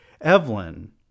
Evelyn